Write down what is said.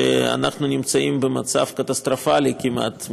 שאנחנו נמצאים במצב קטסטרופלי כמעט,